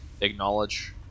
acknowledge –